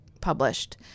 published